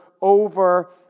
over